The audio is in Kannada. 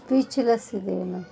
ಸ್ಪೀಚ್ಲೆಸ್ ಇದೀವಿ ನಾವು